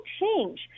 change